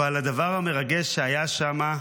אבל הדבר המרגש שהיה שם הוא